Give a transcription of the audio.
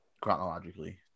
chronologically